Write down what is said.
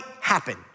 happen